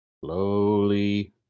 slowly